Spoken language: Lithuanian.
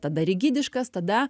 tada rigidiškas tada